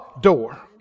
door